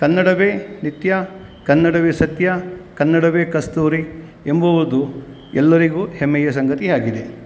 ಕನ್ನಡವೇ ನಿತ್ಯ ಕನ್ನಡವೇ ಸತ್ಯ ಕನ್ನಡವೇ ಕಸ್ತೂರಿ ಎಂಬುವುದು ಎಲ್ಲರಿಗೂ ಹೆಮ್ಮೆಯ ಸಂಗತಿಯಾಗಿದೆ